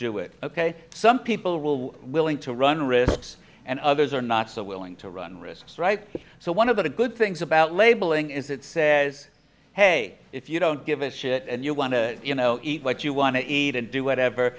do it ok some people will willing to run risks and others are not so willing to run risks right so one of the good things about labeling is it says hey if you don't give a shit and you want to you know eat what you want to eat and do whatever